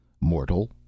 Mortal